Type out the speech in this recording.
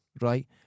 Right